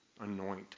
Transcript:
anoint